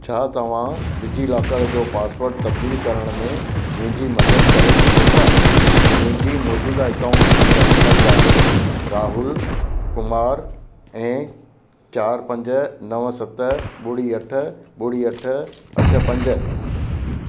छा तव्हां डिजीलॉकर जो पासवर्ड तब्दील करण में मुंहिंजी मदद करे सघो था मुंहिंजी मौजूदा अकाऊंट जी जानकारी आहे राहुल कुमार ऐं चार पंज नवं सत ॿुड़ी अठ ॿुड़ी अठ अठ पंज